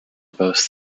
boasts